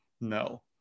No